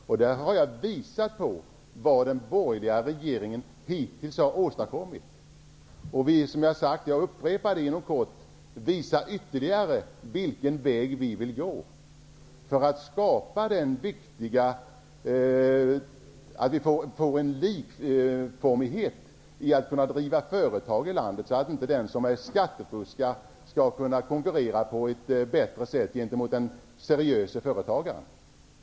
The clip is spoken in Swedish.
Jag har visat på vad den borgerliga regeringen hittills har åstadkommit. Vi visar ytterligare vägar för att skapa en likformighet när det gäller att driva företag här i landet, så att inte den som skattefuskar skall kunna konkurrera på ett bättre sätt gentemot den seriöse företagaren.